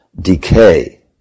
decay